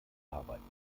arbeiten